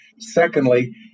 Secondly